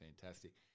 fantastic